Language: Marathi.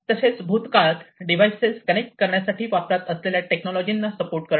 तसेच भूतकाळात डिवाइस कनेक्ट करण्यासाठी वापरात असलेल्या टेक्नॉलॉजी ना सपोर्ट करणे